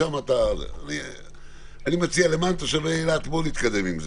אני מציע למען תושבי אילת, בואו נתקדם עם זה.